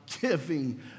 Giving